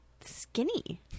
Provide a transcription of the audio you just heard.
skinny